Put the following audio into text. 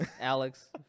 Alex